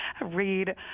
read